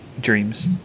dreams